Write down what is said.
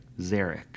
Zarek